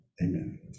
Amen